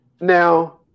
now